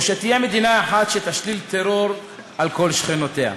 או שתהיה מדינה אחת שתשליט טרור על כל שכנותיה.